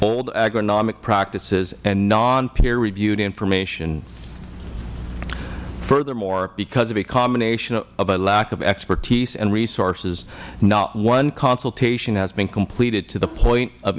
old agronomic practices and non peer reviewed information furthermore because of a combination of a lack of expertise and resources not one consultation has been completed to the point of